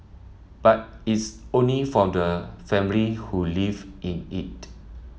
but it's only for the families who live in it